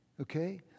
Okay